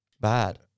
Bad